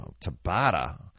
Tabata